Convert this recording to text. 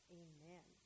amen